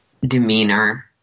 demeanor